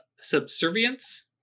subservience